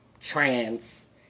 trans